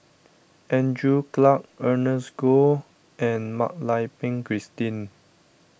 Andrew Clarke Ernest Goh and Mak Lai Peng Christine